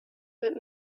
but